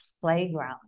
playground